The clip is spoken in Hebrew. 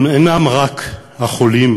הם אינם רק החולים,